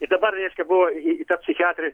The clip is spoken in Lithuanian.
ir dabar reiškia buvo į į tą psichiatrą